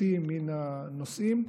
משמעותי מן הנושאים,